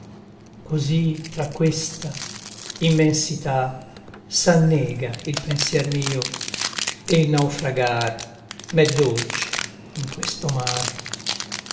così tra questa immensità s'annega il pensier mio e il naufragar m'è dolce in questo mare